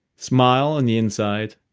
smile on the inside,